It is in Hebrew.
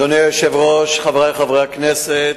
אדוני היושב-ראש, חברי חברי הכנסת,